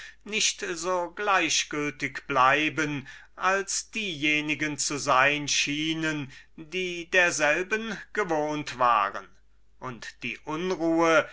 nicht so gleichgültig bleiben als diejenigen zu sein schienen die derselben gewohnt waren und die unruhe